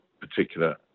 particular